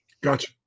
Gotcha